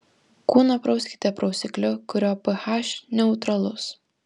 kūną prauskite prausikliu kurio ph neutralus